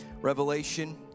Revelation